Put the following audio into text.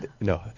No